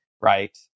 right